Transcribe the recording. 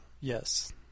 Yes